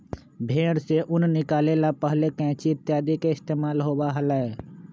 भेंड़ से ऊन निकाले ला पहले कैंची इत्यादि के इस्तेमाल होबा हलय